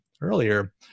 earlier